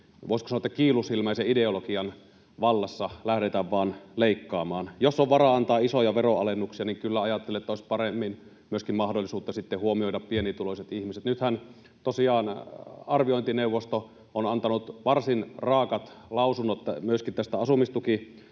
voisiko sanoa, kiilusilmäisen ideologian vallassa lähdetä vain leikkaamaan. Jos on varaa antaa isoja veronalennuksia, niin ajattelen, että olisi paremmin myöskin mahdollista huomioida pienituloiset ihmiset. Nythän tosiaan arviointineuvosto on antanut varsin raa’at lausunnot myöskin tästä asumistukiasiasta